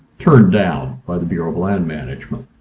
turned down by the bureau of land management.